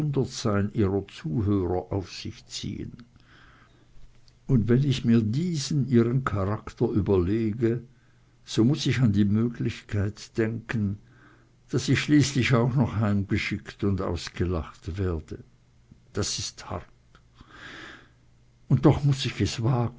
ihrer zuhörer auf sich ziehen und wenn ich mir diesen ihren charakter überlege so muß ich an die möglichkeit denken daß ich schließlich auch noch heimgeschickt und ausgelacht werde das ist hart und doch muß ich es wagen